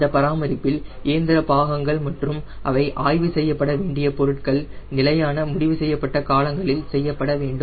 இந்த பராமரிப்பில் இயந்திர பாகங்கள் மற்றும் அவை ஆய்வு செய்யப்பட வேண்டிய பொருட்கள் நிலையான முடிவு செய்யப்பட்ட காலங்களில் செய்யப்பட வேண்டும்